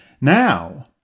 now